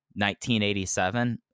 1987